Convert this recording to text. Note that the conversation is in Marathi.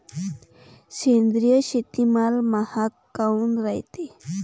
सेंद्रिय शेतीमाल महाग काऊन रायते?